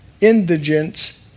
indigence